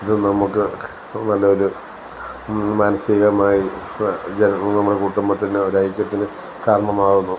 നമുക്ക് നല്ലൊരു മാനസികമായി ചിലപ്പം നമ്മുടെ കുടുംബത്തിൻ്റെ ഒരു ഐക്യത്തിന് കാരണമാകുന്നു